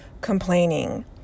complaining